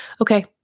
Okay